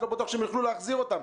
לא בטוח שהם יוכלו להחזיר אותם.